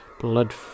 Blood